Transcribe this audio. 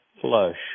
flush